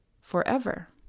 forever